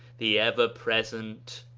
the ever-present,